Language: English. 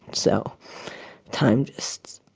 and so time just